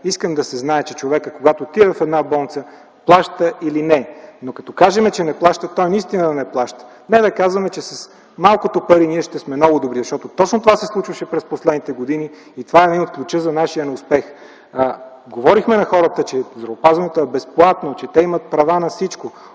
Искам да се знае, че човекът, когато отива в болница, плаща или не, но като кажем, че не плаща, той наистина да не плаща. Не да казваме, че с малкото пари ние ще сме много добри, защото точно това се случваше през последните години и това е един от ключовете за нашия неуспех. Говорихме на хората, че здравеопазването е безплатно, че те имат права на всичко.